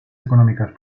económicas